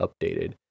updated